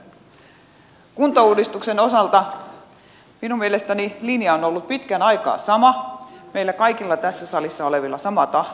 kuntauudistuksen osalta minun mielestäni linja on ollut pitkän aikaa sama meillä kaikilla tässä salissa olevilla sama tahto